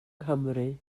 nghymru